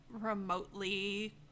remotely